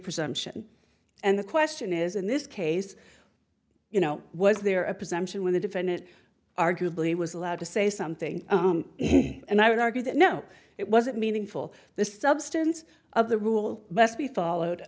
presumption and the question is in this case you know was there a presumption when the defendant arguably was allowed to say something and i would argue that no it wasn't meaningful the substance of the rule must be followed